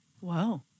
Wow